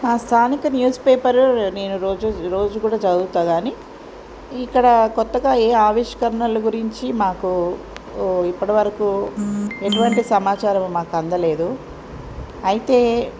స్థానిక న్యూస్పేపర్ నేను రోజు రోజు కూడా చదువుతాను కాని ఇక్కడ కొత్తగా ఏ ఆవిష్కరణల గురించి మాకు ఇప్పటి వరకు మాకు ఎటువంటి సమాచారం మాకు అందలేదు అయితే